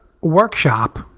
Workshop